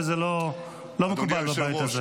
וזה לא מקובל בבית הזה.